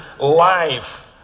life